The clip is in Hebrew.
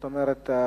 זאת אומרת,